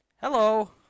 Hello